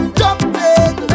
jumping